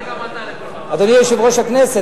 אדוני יושב-ראש הכנסת,